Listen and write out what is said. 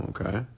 okay